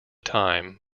time